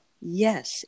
yes